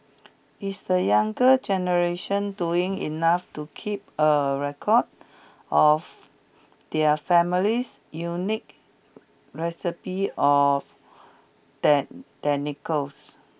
is the younger generation doing enough to keep a record of their family's unique recipes of techniques